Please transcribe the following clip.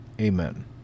Amen